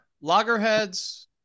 Loggerheads